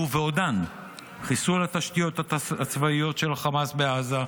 ועודן חיסול התשתיות הצבאיות של חמאס בעזה,